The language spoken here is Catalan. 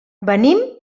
venim